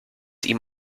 ihm